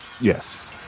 yes